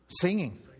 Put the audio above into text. Singing